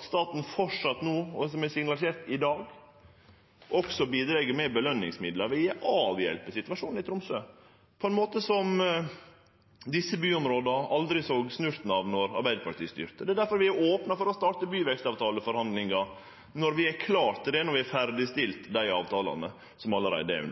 staten framleis – eg har signalisert det i dag – bidreg med påskjønningsmidlar. Det vil avhjelpe situasjonen i Tromsø på ein måte som desse byområda aldri såg snurten av då Arbeidarpartiet styrte. Difor har vi opna for å starte byvekstavtaleforhandlingar når vi er klare og har ferdigstilt dei avtalane som allereie er